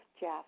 Jeff